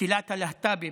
קהילת הלהט"בים.